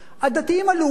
הדתיים הלאומיים,